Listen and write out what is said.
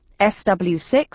SW6